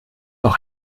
auch